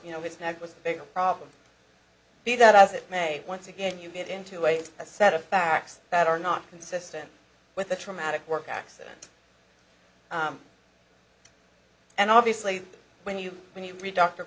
you know his neck was a big problem be that as it may once again you get into a it's a set of facts that are not consistent with a traumatic work accident and obviously when you when you read dr